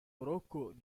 merokok